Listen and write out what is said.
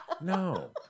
no